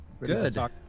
Good